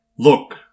Look